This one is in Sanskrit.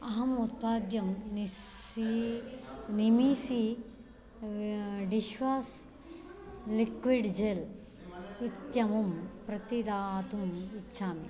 अहम् उत्पाद्यं निस्सी निमिसी डिश्वाश् लिक्विड् जेल् इत्यमुं प्रतिदातुम् इच्छामि